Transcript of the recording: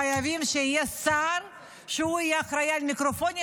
חייבים שיהיה שר שהוא יהיה אחראי על מיקרופונים,